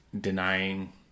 denying